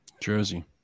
Jersey